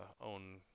own